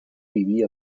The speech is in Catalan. vivia